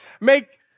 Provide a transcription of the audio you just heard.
make